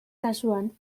kasuan